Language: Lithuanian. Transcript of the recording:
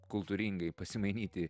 kultūringai pasimainyti